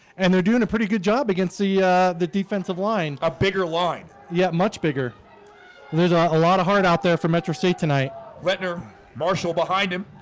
and they're doing a pretty good job against the the defensive line a bigger line. yeah much bigger there's are a lot of heart out there for metro state tonight rettner marshall behind him.